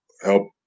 help